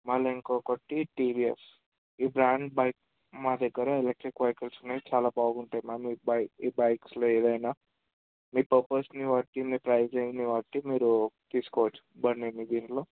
మళ్ళా ఇంకొకటి టీవీయస్ ఈ బ్రాండ్ బైక్ మా దగ్గర ఎలెక్ట్రిక్ వెహికల్స్ ఉన్నాయి చాలా బాగుంటాయి మ్యామ్ ఈ బై ఈ బైక్స్లో ఏదైనా మీ పర్పస్ని బట్టి మీ ప్రైజింగ్ని బట్టి మీరు తీసుకోవచ్చు బండిని దీనిలో